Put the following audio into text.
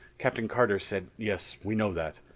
captain carter said, yes, we know that.